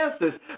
answers